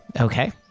Okay